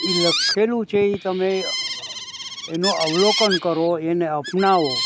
એ લખેલું છે એ તમે એનું અવલોકન કરો એને અપનાવો